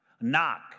Knock